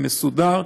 מסודר,